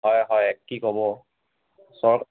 হয় হয় কি ক'ব